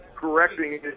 correcting